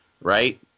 Right